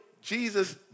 Jesus